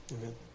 amen